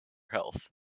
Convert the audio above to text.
health